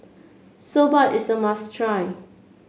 Soba is a must try